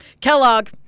Kellogg